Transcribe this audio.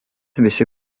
visi